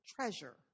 treasure